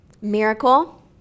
Miracle